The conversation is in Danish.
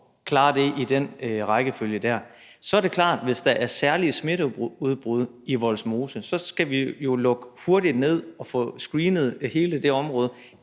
klare det i den rækkefølge. Så er det klart, at hvis der er særlige smitteudbrud i Vollsmose, så skal vi jo lukke hurtigt ned og få screenet hele det område.